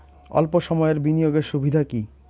অল্প সময়ের বিনিয়োগ এর সুবিধা কি?